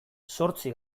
zortzi